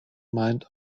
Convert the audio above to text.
mind